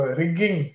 rigging